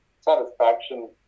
satisfaction